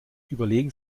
überlegen